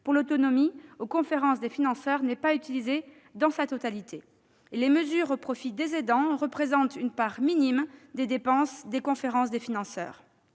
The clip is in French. pour l'autonomie, la CNSA, aux conférences des financeurs n'est pas utilisé dans sa totalité et les mesures au profit des aidants représentent une part minime des dépenses des conférences des financeurs.